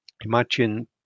Imagine